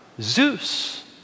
Zeus